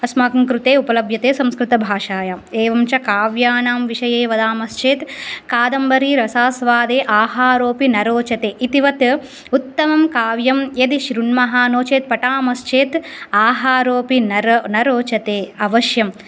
अस्माकं कृते उपलभ्यते संस्कृतभाषायाम् एवञ्च काव्यानां विषये वदामश्चेत् कादम्बरी रसास्वादे आहारोऽपि नरोचते इतिवत् उत्तमं काव्यं यदि शृण्मः नोचेत् पठामश्चेत् आहारोऽपि नरो न रोचते अवश्यम्